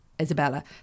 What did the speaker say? Isabella